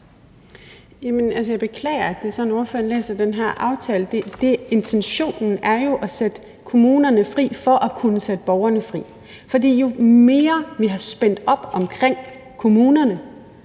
jeg beklager, at det er sådan, ordføreren læser den her aftale. Intentionen er jo at sætte kommunerne fri for at kunne sætte borgerne fri. For jo mere vi har spændt op omkring kommunerne